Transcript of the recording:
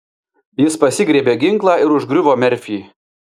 jis pasigriebė ginklą ir užgriuvo merfį